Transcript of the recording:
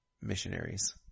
missionaries